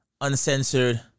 uncensored